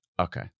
Okay